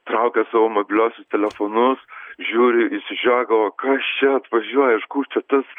traukė savo mobiliuosius telefonus žiūri išsižioję galvoja kas čia atvažiuoja iš kur čia tas